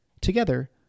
Together